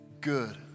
Good